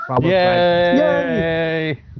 Yay